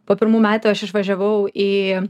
po pirmų metų aš išvažiavau į